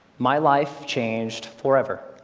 my life changed forever.